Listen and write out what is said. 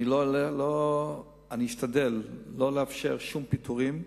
אני אשתדל לא לאפשר שום פיטורים,